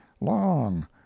long